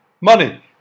money